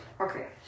Okay